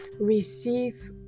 receive